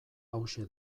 hauxe